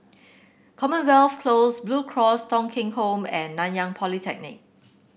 Commonwealth Close Blue Cross Thong Kheng Home and Nanyang Polytechnic